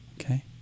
Okay